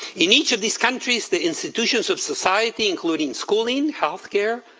in each of these countries, the institutions of society, including schooling, healthcare,